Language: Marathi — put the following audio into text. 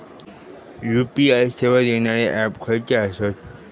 यू.पी.आय सेवा देणारे ऍप खयचे आसत?